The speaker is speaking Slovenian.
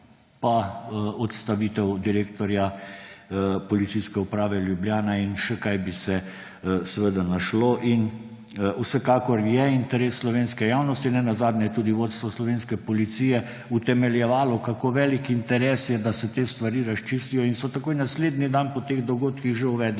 pa odstavitev direktorja Policijske uprave Ljubljana in še kaj bi se seveda našlo. In vsekakor je interes slovenske javnosti, nenazadnje je tudi vodstvo slovenske policije utemeljevalo, kako velik interes je, da se te stvari razčistijo, in so takoj naslednji dan po teh dogodkih že uvedli